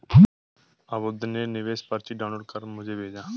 अभ्युदय ने निवेश पर्ची डाउनलोड कर मुझें भेजा